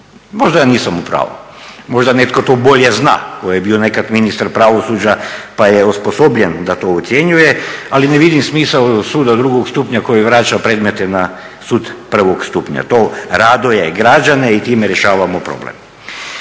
Možda ja nisam u pravu, možda netko to bolje zna, tko je bio nekad ministar pravosuđa pa je osposobljen da to ocjenjuje, ali ne vidim smisao suda drugog stupnja koji vraća predmete na sud prvog stupnja, to raduje građane i time rješavamo problem.